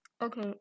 Okay